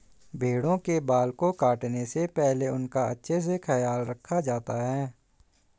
भेड़ों के बाल को काटने से पहले उनका अच्छे से ख्याल रखा जाता है